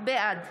בעד